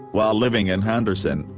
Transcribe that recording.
while living in henderson,